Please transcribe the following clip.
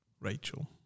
Rachel